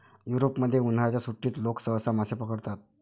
युरोपमध्ये, उन्हाळ्याच्या सुट्टीत लोक सहसा मासे पकडतात